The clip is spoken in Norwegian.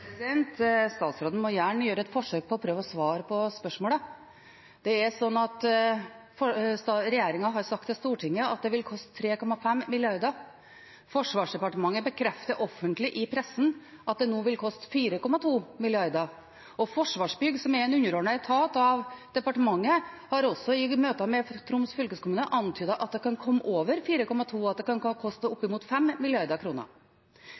Statsråden må gjerne gjøre et forsøk på å svare på spørsmålet. Det er sånn at regjeringen har sagt til Stortinget at det vil koste 3,5 mrd. kr. Forsvarsdepartementet bekrefter offentlig i pressen at det nå vil koste 4,2 mrd. kr, og Forsvarsbygg, som er en underordnet etat av departementet, har også i møte med Troms fylkeskommune antydet at det kan komme over 4,2 mrd. kr – at det kan koste opp